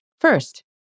First